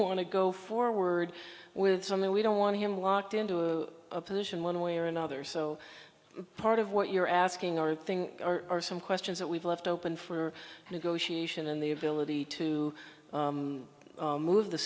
want to go forward with something we don't want him locked into a position one way or another so part of what you're asking aren't thing are some questions that we've left open for negotiation and the ability to move the